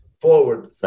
forward